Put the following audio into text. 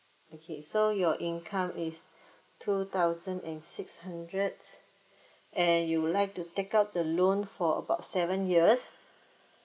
okay so your income is two thousand and six hundred and you would like to take out the loan for about seven years